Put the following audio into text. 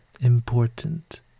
important